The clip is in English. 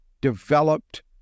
developed